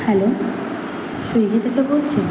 hello Swiggy থেকে বলছেন